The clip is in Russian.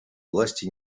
власти